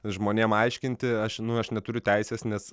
žmonėm aiškinti aš nu aš neturiu teisės nes